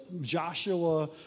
Joshua